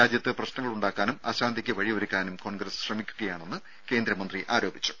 രാജ്യത്ത് പ്രശ്നങ്ങളുണ്ടാക്കാനും അശാന്തിയ്ക്ക് വഴിയൊരുക്കാനും കോൺഗ്രസ് ശ്രമിക്കുകയാണെന്നും കേന്ദ്രമന്ത്രി ആരോപിച്ചു